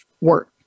work